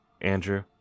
Andrew